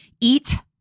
eat